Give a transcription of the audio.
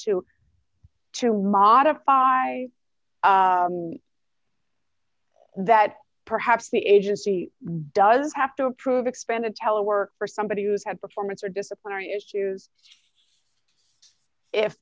to modify that perhaps the agency does have to approve expanded telework for somebody who's had performance or disciplinary issues if